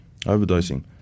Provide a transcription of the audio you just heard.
overdosing